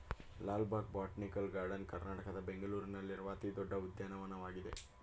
Lal Bagh botanical garden ಕರ್ನಾಟಕದ ಬೆಂಗಳೂರಿನಲ್ಲಿರುವ ಅತಿ ದೊಡ್ಡ ಉದ್ಯಾನವನವಾಗಿದೆ